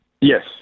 Yes